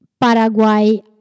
Paraguay